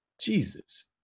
Jesus